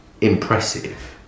impressive